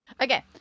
Okay